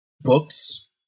books